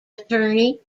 attorney